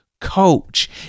coach